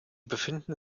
befinden